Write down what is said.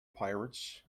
pirates